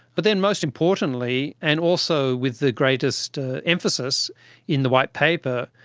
but then most importantly and also with the greatest emphasis in the white paper,